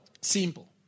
Simple